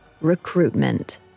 Recruitment